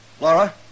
Laura